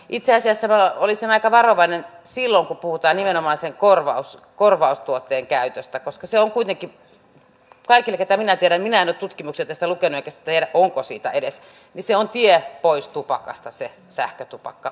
itse asiassa olisin aika varovainen silloin kun puhutaan nimenomaan sen korvaustuotteen käytöstä koska se sähkötupakka on kuitenkin kaikille keitä minä tiedän minä en ole tutkimuksia tästä lukenut enkä tiedä onko niitä edes tie pois tupakasta